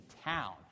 town